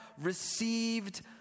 received